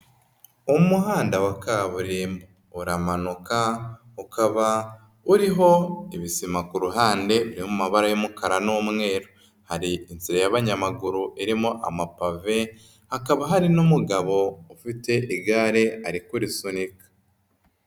Umuhanda wa kaburimbo, uramanuka ukaba uriho ibisima ku ruhande biri mu mabara y'umukara n'umweru. Hari inzira y'abanyamaguru irimo amapave, hakaba hari n'umugabo ufite igare ari kurisunika.